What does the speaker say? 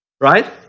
Right